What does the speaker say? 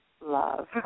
love